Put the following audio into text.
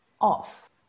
off